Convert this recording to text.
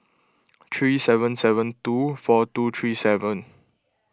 three seven seven two four two three seven